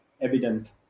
evident